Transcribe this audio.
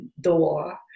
door